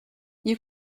you